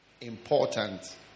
important